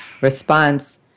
response